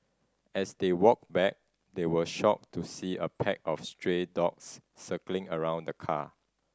as they walked back they were shocked to see a pack of stray dogs circling around the car